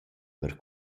per